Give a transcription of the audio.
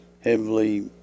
heavily